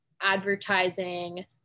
advertising